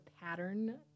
pattern